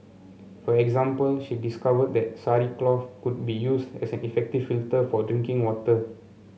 for example she discovered that Sari cloth could be used as an effective filter for drinking water